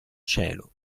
cielo